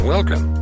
Welcome